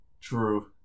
True